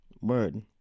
word